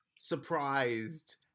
surprised